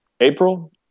April